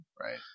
Right